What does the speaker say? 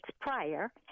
prior